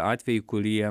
atvejai kurie